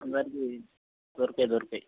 అందరికి దొరకవు దొరకవు